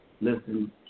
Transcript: listen